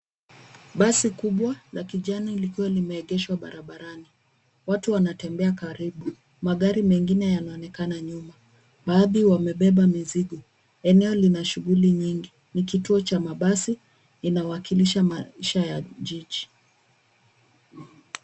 Basi kubwa la kijani likiwa limeegeshwa barabarani. Watu wanatembea karibu. Magari mengine yanaonekana nyuma. Baadhi wamebeba mizigo. Eneo lina shughuli nyingi. Ni kituo cha mabasi. Inawakilisha maisha ya mjini.